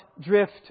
drift